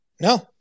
No